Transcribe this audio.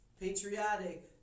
patriotic